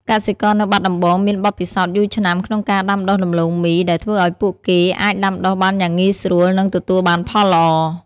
កសិករនៅបាត់ដំបងមានបទពិសោធន៍យូរឆ្នាំក្នុងការដាំដុះដំឡូងមី ដែលធ្វើឱ្យពួកគេអាចដាំដុះបានយ៉ាងងាយស្រួល និងទទួលបានផលល្អ។